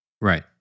Right